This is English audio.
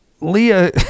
Leah